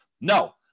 no